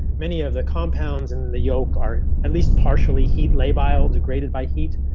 many of the compounds in the yolk are at least partially heat lay bio degraded by heat.